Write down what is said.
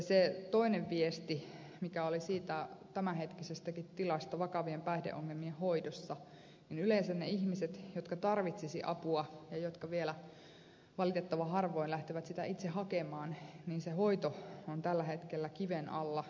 se toinen viesti mikä oli siitä tämänhetkisestäkin tilasta vakavien päihdeongelmien hoidossa oli että yleensä niiden ihmisten kohdalla jotka tarvitsisivat apua ja jotka vielä valitettavan harvoin lähtevät sitä itse hakemaan se hoito on tällä hetkellä kiven alla